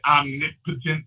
omnipotent